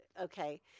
okay